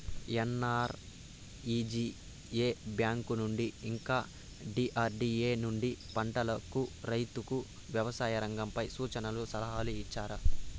NREGA bank నుండి ఇంకా DRDA నుండి పంటలకు రైతుకు వ్యవసాయ రంగంపై సూచనలను సలహాలు ఇచ్చారా